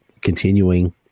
continuing